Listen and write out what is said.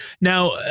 Now